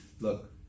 look